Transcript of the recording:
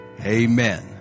Amen